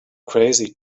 crazy